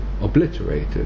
obliterated